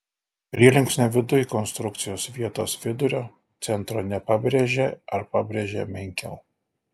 prielinksnio viduj konstrukcijos vietos vidurio centro nepabrėžia ar pabrėžia menkiau